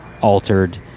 altered